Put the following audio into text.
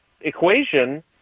equation